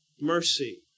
Mercy